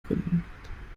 gründen